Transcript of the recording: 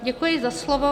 Děkuji za slovo.